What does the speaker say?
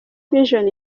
vision